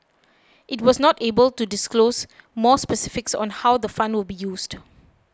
it was not able to disclose more specifics on how the fund will be used